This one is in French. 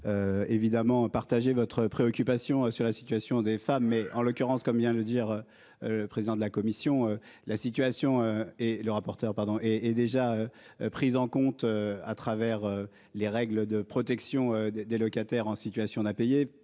je peux. Évidemment. Partager votre préoccupation sur la situation des femmes mais en l'occurrence comme vient de le dire. Le président de la commission la situation et le rapporteur pardon et est déjà prise en compte à travers les règles de protection des locataires en situation d'impayés.